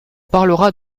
parlera